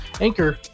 Anchor